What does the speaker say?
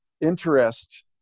interest